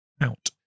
out